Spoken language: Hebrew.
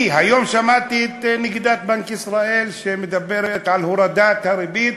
כי היום שמעתי את נגידת בנק ישראל שמדברת על הורדת הריבית